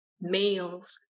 males